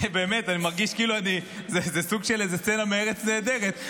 באמת אני מרגיש כאילו זה סוג של איזה קטע מארץ נהדרת.